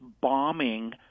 bombing